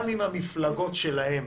גם אם המפלגות שלהם,